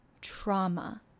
trauma